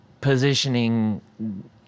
positioning